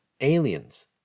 aliens